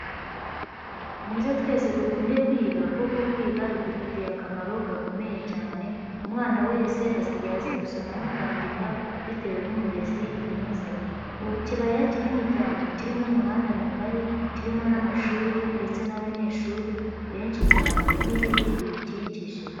Muze twese dukunde kwiga kuko kwiga bidufitiye akamaro gakomeye cyane, umwana wese asigaye azi gusoma no kwandika bitewe n'umurezi mwiza. Ubu ikibaya kinini cyane kirimo umuhanda mugari, kirimo n'amashuri ndetse n'abanyeshuri benshi cyane n'ibiti birikikije.